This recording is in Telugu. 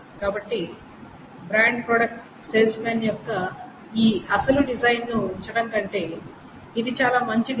కాబట్టి బ్రాండ్ ప్రొడక్ట్ సేల్స్ మాన్ యొక్క ఈ అసలు డిజైన్ను ఉంచడం కంటే ఇది చాలా మంచి డిజైన్